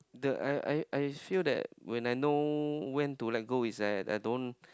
the I I I feel that when I know when to let go is that I don't